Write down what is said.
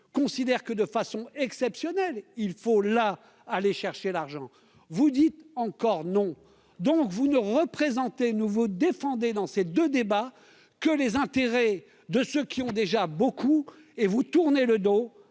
considèrent que de façon exceptionnelle, il faut la aller chercher l'argent, vous dites encore non, donc vous ne représentez nouveau défendait dans ces 2 débats que les intérêts de ceux qui ont déjà beaucoup et vous tournez le dos